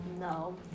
No